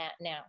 now